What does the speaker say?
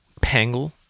Pangle